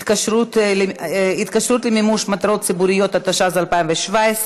(התקשרות למימוש מטרות ציבוריות), התשע"ז 2017,